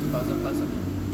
two thousand plus I think